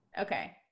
Okay